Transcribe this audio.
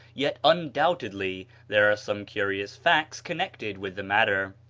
yet undoubtedly there are some curious facts connected with the matter.